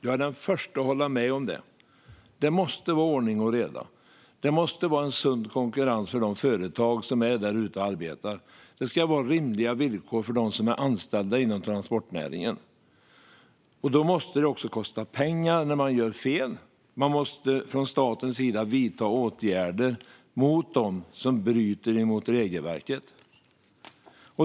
Jag är den förste att hålla med om det. Det måste vara ordning och reda. Det måste vara en sund konkurrens för de företag som är där ute och arbetar. Det ska vara rimliga villkor för dem som är anställda inom transportnäringen. Då måste det också kosta pengar när man gör fel. Det måste från statens sida vidtas åtgärder mot dem som bryter mot regelverket.